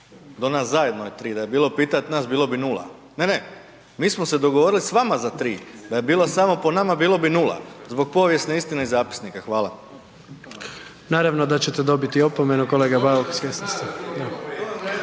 do nas zajedno je 3, da je bilo pitati nas bilo bi 0. Ne, ne, mi smo se dogovorili s vama za 3, da je bilo samo po nama bilo bi 0, zbog povijesne istine i zapisnika. Hvala. **Jandroković, Gordan (HDZ)** Naravno da ćete dobiti opomenu kolega Bauk, svjesni ste.